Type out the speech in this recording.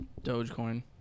Dogecoin